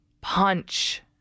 punch